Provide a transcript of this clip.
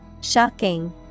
Shocking